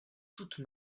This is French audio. toute